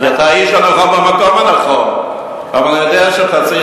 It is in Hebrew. אתה יודע מה, חבר